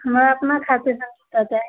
हमरा अपना खातिर